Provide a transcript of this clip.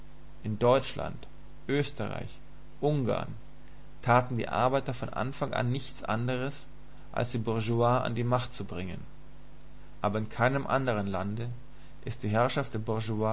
in deutschland österreich ungarn taten die arbeiter von anfang an nichts anderes als die bourgeoisie an die macht zu bringen aber in keinem anderen lande ist die herrschaft